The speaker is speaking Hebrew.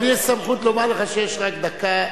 אבל לי יש סמכות לומר לך שיש רק דקה,